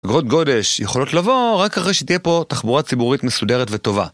גרות גודש יכולות לבוא רק אחרי שתהיה פה תחבורה ציבורית מסודרת וטובה.